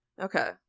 Okay